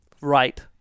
right